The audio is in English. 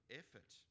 effort